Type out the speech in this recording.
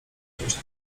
cześć